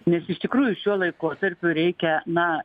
nes iš tikrųjų šiuo laikotarpiu reikia na